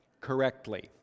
correctly